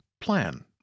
plan